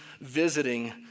visiting